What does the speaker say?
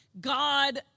God